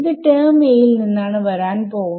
term A യിൽ നിന്നാണ് വരാൻ പോവുന്നത്